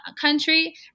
country